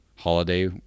Holiday